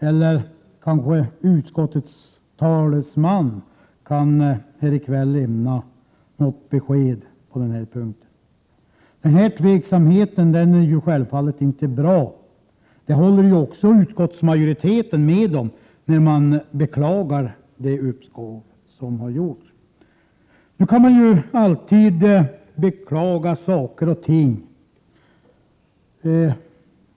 Kanske kan utskottets talesman lämna besked på den punkten här i kväll. Denna tveksamhet i agerandet är givetvis inte bra, vilket också utskottsmajoriteten håller med om när den beklagar att behandlingen av vissa frågor har skjutits upp. Nu kan man naturligtvis alltid beklaga saker och ting.